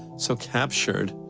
so captured